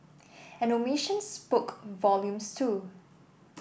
an omission spoke volumes too